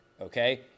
Okay